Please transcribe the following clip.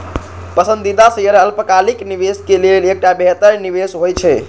पसंदीदा शेयर अल्पकालिक निवेशक लेल एकटा बेहतर निवेश होइ छै